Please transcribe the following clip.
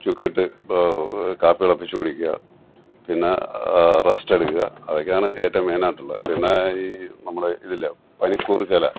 ചുക്കിട്ട് കാപ്പി തിളപ്പിച്ച് കുടിക്കുക പിന്നെ റസ്റ്റ് എടുക്കുക അതൊക്കെയാണ് ഏറ്റവും മെയിനായിട്ടുള്ളേ പിന്നെ ഈ നമ്മുടെ ഇതില്ലെ പനിക്കൂർക്ക ഇല